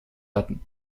hatten